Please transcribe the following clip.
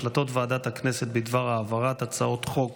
החלטות ועדת הכנסת בדבר העברת הצעות חוק